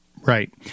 right